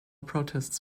protests